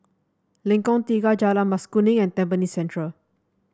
Lengkong Tiga Jalan Mas Kuning and Tampines Central